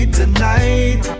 tonight